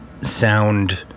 sound